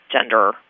gender